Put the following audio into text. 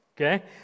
Okay